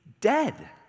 dead